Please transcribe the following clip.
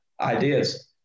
ideas